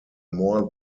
more